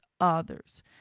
others